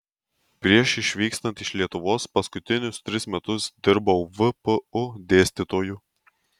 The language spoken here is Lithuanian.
prieš išvykstant iš lietuvos paskutinius tris metus dirbau vpu dėstytoju